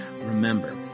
Remember